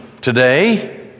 today